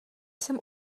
jsem